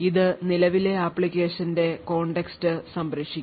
ഇത് നിലവിലെ ലോകത്തിന്റെ context സംരക്ഷിക്കും